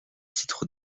titre